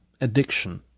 addiction